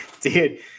Dude